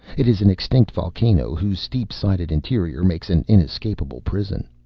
it is an extinct volcano whose steep-sided interior makes an inescapable prison.